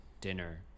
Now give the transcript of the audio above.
dinner